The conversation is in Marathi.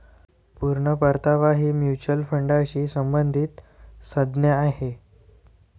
पूर्ण परतावा ही म्युच्युअल फंडाशी संबंधित संज्ञा आहे